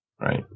right